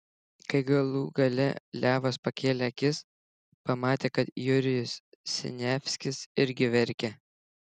kai galų gale levas pakėlė akis pamatė kad jurijus siniavskis irgi verkia